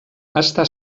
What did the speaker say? està